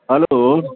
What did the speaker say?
hello